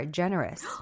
generous